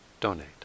donate